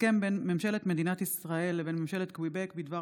2. הסכם בין ממשלת מדינת ישראל לבין ממשלת קוויבק בדבר